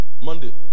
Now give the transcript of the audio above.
Monday